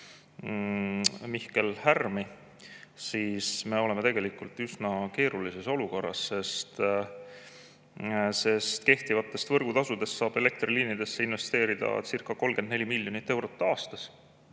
Mihkel Härmi, siis [selgub, et] me oleme üsna keerulises olukorras, sest kehtivatest võrgutasudest saab elektriliinidesse investeeridacirca34 miljonit eurot aastas.